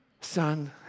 son